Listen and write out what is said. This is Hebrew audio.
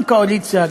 גם קואליציה,